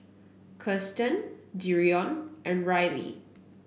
Kiersten Dereon and Ryley